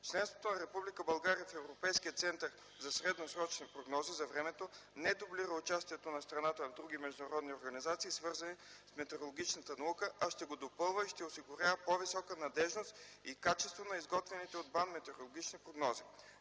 Членството на Република България в Европейския център за средносрочни прогнози за времето не дублира участието на страната в други международни организации, свързани с метеорологичната наука, а ще го допълва и осигурява по-висока надеждност и качество на изготвените от БАН метеорологични прогнози.